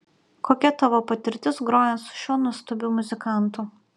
kokia tavo patirtis grojant su šiuo nuostabiu muzikantu